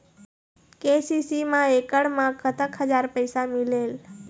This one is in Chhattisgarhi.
के.सी.सी मा एकड़ मा कतक हजार पैसा मिलेल?